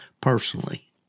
personally